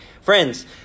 friends